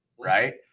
right